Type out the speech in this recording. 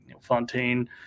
Fontaine